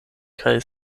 kaj